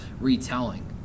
retelling